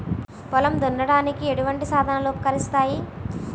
పొలం దున్నడానికి ఎటువంటి సాధనలు ఉపకరిస్తాయి?